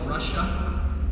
Russia